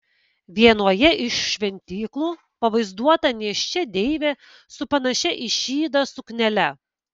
vienoje iš šventyklų pavaizduota nėščia deivė su panašia į šydą suknele